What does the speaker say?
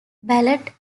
ballot